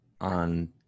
on